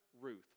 Ruth